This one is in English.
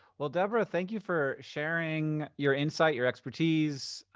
well deborah, thank you for sharing your insight, your expertise,